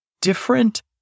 different